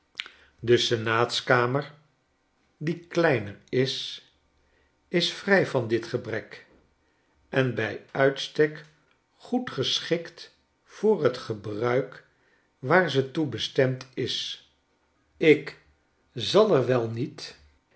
de senaatskamer die kleiner is is vrij van dit gebrek en bij uitstek goed geschikt voor t gebruik waar ze toe bestemd is ik zal er wel niet